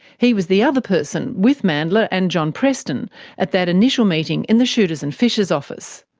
he was the other person with mandla and john preston at that initial meeting in the shooters and fishers office.